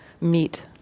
meet